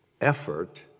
effort